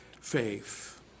faith